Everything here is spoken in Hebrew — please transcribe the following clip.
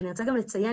ואני רוצה גם לציין,